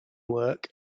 work